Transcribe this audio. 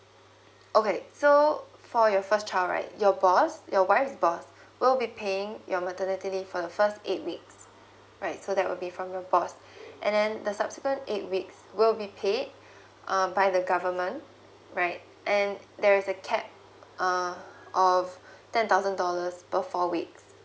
okay so for your first child right your boss your wife's boss will be paying your maternity leave for your first eight weeks right so that will be from your boss and then the subsequent eight weeks will be paid uh by the government right and there is a cap uh of ten thousand dollars per four weeks